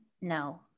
No